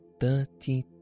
thirty